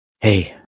hey